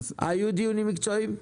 היו דיונים מקצועיים?